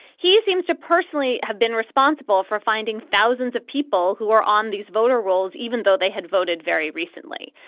he seems to personally have been responsible for finding thousands of people who are on these voter rolls even though they had voted very recently.